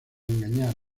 engañar